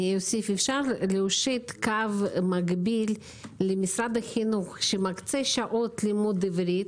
אפשר להושיט קו מקביל למשרד החינוך שמקצה שעות לימוד עברית,